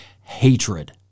hatred